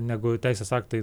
negu teisės aktai